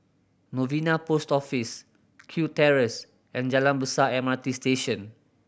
Novena Post Office Kew Terrace and Jalan Besar M R T Station